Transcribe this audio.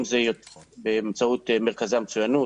אם זה באמצעות מרכזי המצוינות,